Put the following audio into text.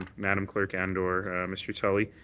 madame clerk and or mr. tully.